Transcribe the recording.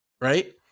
right